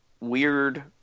weird